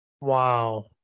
Wow